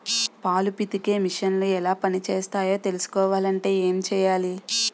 పాలు పితికే మిసన్లు ఎలా పనిచేస్తాయో తెలుసుకోవాలంటే ఏం చెయ్యాలి?